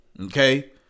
okay